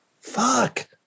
Fuck